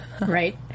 right